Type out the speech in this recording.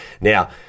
Now